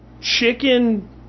chicken